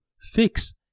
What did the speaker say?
fix